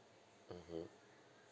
mmhmm